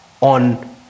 on